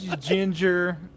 ginger